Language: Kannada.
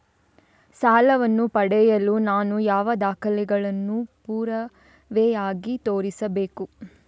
ಸಾಲವನ್ನು ಪಡೆಯಲು ನಾನು ಯಾವ ದಾಖಲೆಗಳನ್ನು ಪುರಾವೆಯಾಗಿ ತೋರಿಸಬೇಕು?